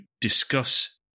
discuss